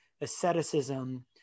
asceticism